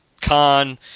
Khan